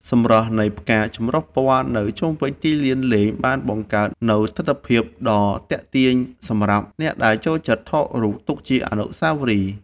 សម្រស់នៃផ្កាចម្រុះពណ៌នៅជុំវិញទីលានលេងបានបង្កើតនូវទិដ្ឋភាពដ៏ទាក់ទាញសម្រាប់អ្នកដែលចូលចិត្តថតរូបទុកជាអនុស្សាវរីយ៍។